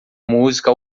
música